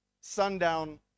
sundown